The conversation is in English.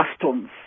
customs